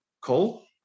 call